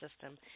system